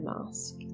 mask